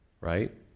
Right